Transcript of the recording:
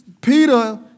Peter